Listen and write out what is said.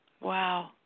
Wow